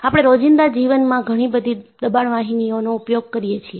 આપણે રોજિંદા જીવનમાં ઘણીબધી દબાણ વાહિનીઓનો ઉપયોગ કરીએ છીએ